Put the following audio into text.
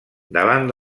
davant